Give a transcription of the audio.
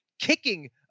kicking